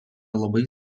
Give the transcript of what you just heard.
labai